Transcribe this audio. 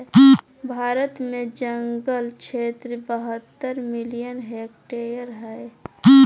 भारत में जंगल क्षेत्र बहत्तर मिलियन हेक्टेयर हइ